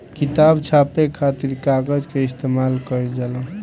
किताब छापे खातिर कागज के इस्तेमाल कईल जाला